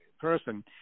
person